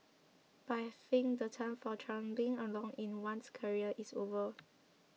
but I think the time for trundling along in one's career is over